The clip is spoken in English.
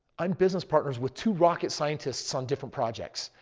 i'm business partners with two rocket scientists on different projects.